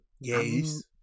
Yes